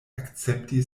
akcepti